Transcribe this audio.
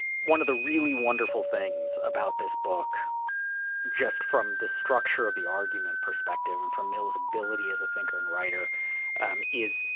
one of the really wonderful things about this book just from the structure of the argument perspective and from mill's ability as a thinker and writer is